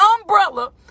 umbrella